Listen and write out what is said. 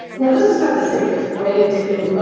now, this is not the safest way to ah